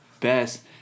best